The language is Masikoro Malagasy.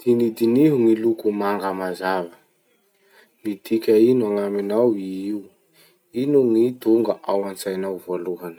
Dinidiniho gny loko manga mazava. Midika ino gn'aminao io? Ino gny tonga antsainao voalohany?